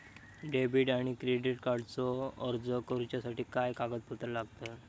Debit आणि credit कार्डचो अर्ज करुच्यासाठी काय कागदपत्र लागतत?